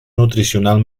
nutricional